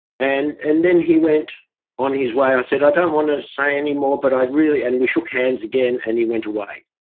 and, and then he went on his way, i said, i don't wanna say anymore but i'd really. and we shook hands again and he went away.